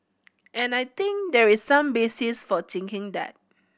and I think there is some basis for thinking that